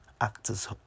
Actors